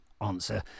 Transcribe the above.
answer